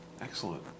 Excellent